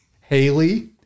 Haley